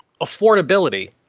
affordability